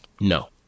No